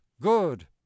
good